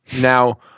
now